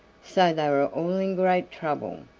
so they were all in great trouble.